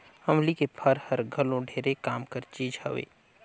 अमली के फर हर घलो ढेरे काम कर चीज हवे